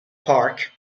park